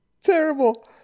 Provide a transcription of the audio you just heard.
terrible